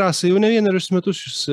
rasa jau ne vienerius metus jūs